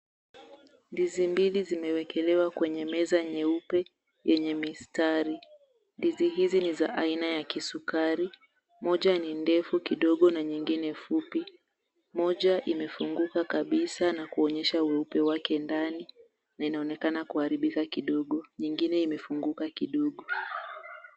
Ndizi mbili zimewekelewa kwenye meza nyeupe yenye mistari. Ndizi hizi ni za aina ya kisukari, moja ni ndefu kidogo na nyingine fupi. Moja imefunguka kabisa na kuonyesha weupe wake ndani na inaonekana kuharibika kidogo, nyingine imefunguka kidogo.